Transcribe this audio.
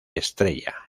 estrella